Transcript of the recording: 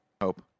Hope